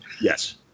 Yes